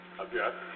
Object